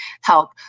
help